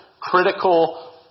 critical